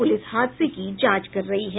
police हादसे की जांच कर रही है